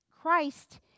Christ